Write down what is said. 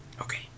Okay